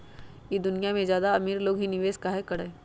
ई दुनिया में ज्यादा अमीर लोग ही निवेस काहे करई?